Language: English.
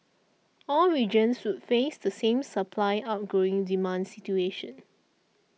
all regions would face the same supply outgrowing demand situation